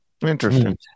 Interesting